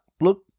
look